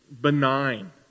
benign